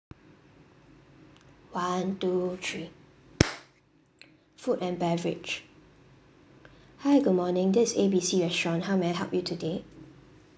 one two three food and beverage hi good morning this is A B C restaurant how may I help you today